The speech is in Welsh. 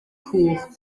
cwch